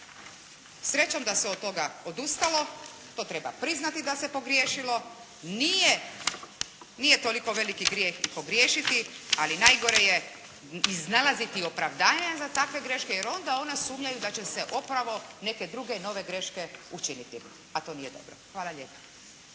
Srećom da se od toga odustalo, to treba priznati da se pogriješilo. Nije toliko veliki grijeh i pogriješiti ali najgore je iznalaziti opravdanja za takve greške jer onda one sumnjaju da će se upravo neke druge nove greške učiniti a to nije dobro. Hvala lijepa.